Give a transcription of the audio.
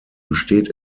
besteht